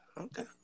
Okay